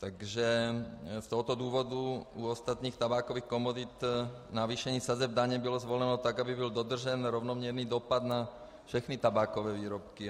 Takže z tohoto důvodu u ostatních tabákových komodit navýšení sazeb daně bylo zvoleno tak, aby byl dodržen rovnoměrný dopad na všechny tabákové výrobky.